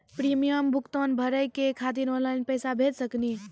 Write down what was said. Premium भुगतान भरे के खातिर ऑनलाइन पैसा भेज सकनी?